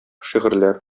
шигырьләр